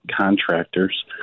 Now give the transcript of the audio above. contractors